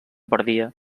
perdia